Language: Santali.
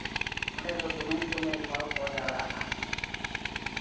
ᱱᱚᱸᱰᱮ ᱫᱚ ᱫᱚᱢᱮᱞ ᱫᱚᱢᱮᱞ ᱦᱚᱲᱠᱚ ᱡᱟᱣᱨᱟᱜᱼᱟ